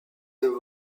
neuf